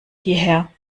hierher